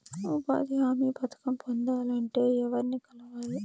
ఉపాధి హామీ పథకం పొందాలంటే ఎవర్ని కలవాలి?